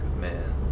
man